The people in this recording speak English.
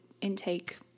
intake